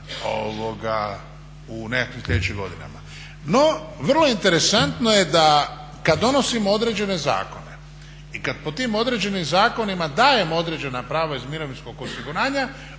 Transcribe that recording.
u nekakvim slijedećim godinama. No, vrlo interesantno je da kad donosimo određene zakone i kad po tim određenim zakonima dajemo određena prava iz mirovinskog osiguranja